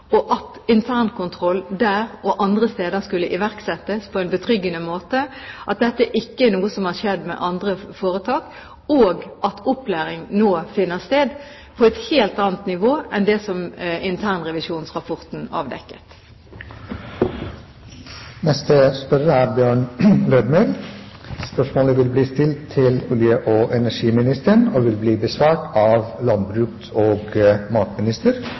at internkontroll der og andre steder skulle iverksettes på en betryggende måte, at dette ikke er noe som har skjedd med andre foretak, og at opplæring nå finner sted på et helt annet nivå enn det som internrevisjonsrapporten avdekket. Dette spørsmålet, fra representanten Bjørn Lødemel til olje- og energiministeren, vil bli besvart av landbruks- og